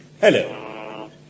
hello